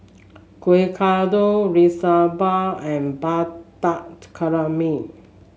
Kueh Kodok Liu Sha Bao and calamari